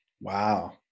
Wow